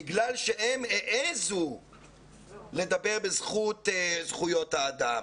בגלל שהם העזו לדבר בזכויות האדם,